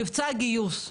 מבצע גיוס.